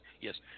Yes